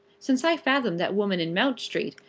since i fathomed that woman in mount street,